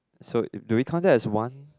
so do we count that as one